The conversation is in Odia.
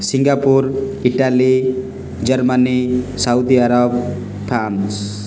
Singapore Italy Germany Saudi Arab France